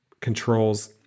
controls